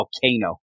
volcano